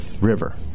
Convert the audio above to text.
river